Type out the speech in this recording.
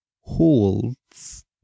holds